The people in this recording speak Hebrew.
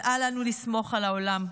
אבל אל לנו לסמוך על העולם.